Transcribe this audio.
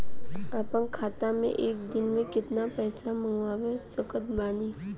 अपना खाता मे एक दिन मे केतना पईसा मँगवा सकत बानी?